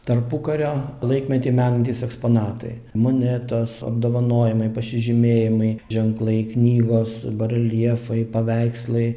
tarpukario laikmetį menantys eksponatai monetos apdovanojimai pasižymėjimai ženklai knygos bareljefai paveikslai